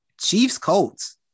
Chiefs-Colts